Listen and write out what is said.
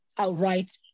outright